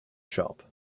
shop